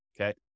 okay